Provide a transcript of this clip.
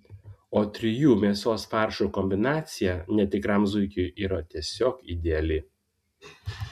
o trijų mėsos faršų kombinacija netikram zuikiui yra tiesiog ideali